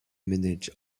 manage